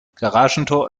garagentor